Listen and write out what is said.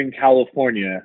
California